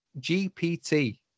GPT